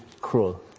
cruel